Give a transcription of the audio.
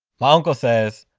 my uncle says,